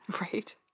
Right